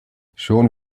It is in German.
schon